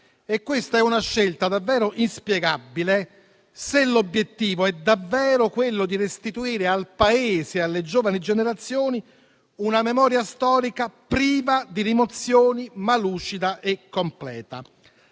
orientale. È una scelta davvero inspiegabile se l'obiettivo è quello di restituire al Paese e alle giovani generazioni una memoria storica priva di rimozioni, ma lucida e completa.